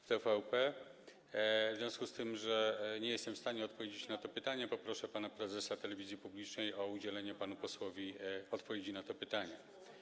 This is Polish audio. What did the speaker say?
W związku z tym, że nie jestem w stanie odpowiedzieć na to pytanie, poproszę pana prezesa Telewizji Publicznej o udzielenie panu posłowi odpowiedzi na to pytanie.